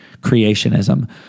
creationism